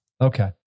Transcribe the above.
Okay